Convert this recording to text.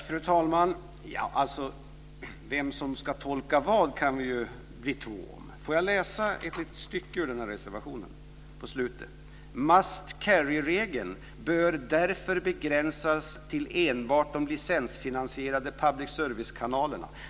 Fru talman! Vem som ska tolka vad kan vi bli två om. Låt mig läsa upp en mening i slutet av reservationen: "Must carry-regeln bör därför begränsas till enbart de licensfinansierade public servicekanalerna."